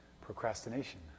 procrastination